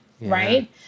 Right